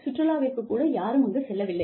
சுற்றுலாவிற்கு கூட யாரும் அங்கு செல்லவில்லை